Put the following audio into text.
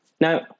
Now